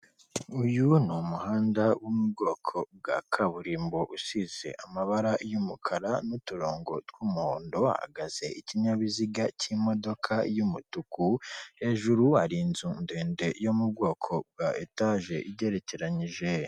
Uyu ni umuhanda wo mu bwoko bwa kaburimbo usize amabara y'umukara n'uturongo tw'umuhondo, hahagaze ikinyabiziga k'imodoka y'umutuku, hejuru hari inzu ndende yo mu bwoko bwa etaje igerekenyije.